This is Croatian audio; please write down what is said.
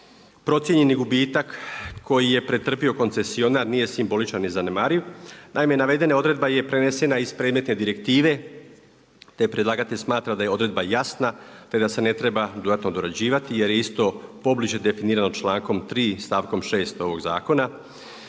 procijenjeni gubitak koji je pretrpio koncesionar nije simboličan ni zanemariv. Naime navedena odredba je prenesena iz predmetne direktive te predlagatelj smatra da je odredba jasna te da se ne treba dodatno dorađivati jer je isto pobliže definiramo člankom 3. stavkom 6 ovog zakona.